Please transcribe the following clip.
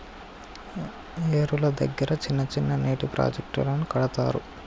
ఏరుల దగ్గర చిన్న చిన్న నీటి ప్రాజెక్టులను కడతారు